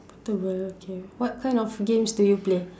portable okay what kind of games do you play